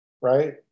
right